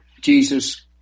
Jesus